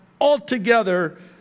altogether